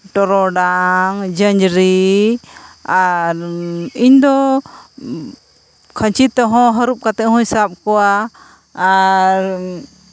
ᱴᱚᱨᱚᱰᱟᱝ ᱡᱟᱸᱡᱽᱨᱤ ᱟᱨ ᱤᱧ ᱫᱚ ᱠᱷᱟᱺᱪᱤ ᱛᱮᱦᱚᱸ ᱦᱟᱹᱨᱩᱯ ᱠᱟᱛᱮᱫ ᱦᱩᱸᱧ ᱥᱟᱵ ᱠᱚᱣᱟ ᱟᱨ